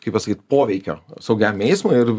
kaip pasakyt poveikio saugiam eismui ir